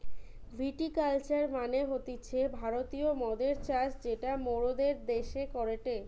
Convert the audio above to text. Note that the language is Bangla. ভিটি কালচার মানে হতিছে ভারতীয় মদের চাষ যেটা মোরদের দ্যাশে করেটে